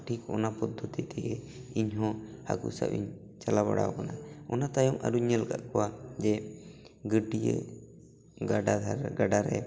ᱴᱷᱤᱠ ᱚᱱᱟ ᱯᱚᱫᱫᱚᱛᱤ ᱛᱮᱜᱮ ᱤᱧᱦᱚᱸ ᱦᱟᱹᱠᱩ ᱥᱟᱵ ᱤᱧ ᱪᱟᱞᱟᱣ ᱵᱟᱲᱟ ᱟᱠᱟᱱᱟ ᱚᱱᱟ ᱛᱟᱭᱚᱢ ᱟᱨᱚᱧ ᱧᱮᱞ ᱟᱠᱟᱫ ᱠᱚᱣᱟ ᱡᱮ ᱜᱟᱹᱰᱭᱟᱹ ᱜᱟᱰᱟ ᱫᱷᱟᱨ ᱜᱟᱰᱟᱨᱮ